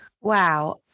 Wow